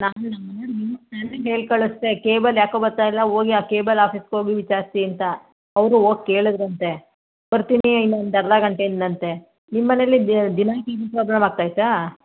ನಾನೂ ನಮ್ಮ ಮನೆಯವ್ರಿಗೆ ಹೇಳಿ ಕಳ್ಸಿದೆ ಕೇಬಲ್ ಯಾಕೋ ಬರ್ತಾ ಇಲ್ಲ ಹೋಗಿ ಆ ಕೇಬಲ್ ಆಫೀಸ್ಗೆ ಹೋಗಿ ವಿಚಾರಿಸಿ ಅಂತ ಅವರೂ ಹೋಗ್ ಕೇಳಿದ್ರಂತೆ ಬರ್ತೀನಿ ಇನ್ನೊಂದು ಅರ್ಧ ಗಂಟೆ ಅಂದನಂತೆ ನಿಮ್ಮ ಮನೇಲಿ ದಿನಾ ಟಿವಿ ಪ್ರಾಬ್ಲಮ್ ಆಗ್ತಾ ಐತಾ